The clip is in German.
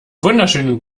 wunderschönen